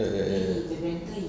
ya ya ya ya